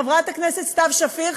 חברת הכנסת סתיו שפיר,